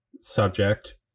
subject